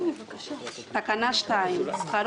אני הגשתי הצעה